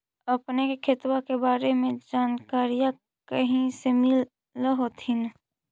अपने के खेतबा के बारे मे जनकरीया कही से मिल होथिं न?